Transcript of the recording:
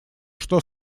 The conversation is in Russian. что